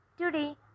Today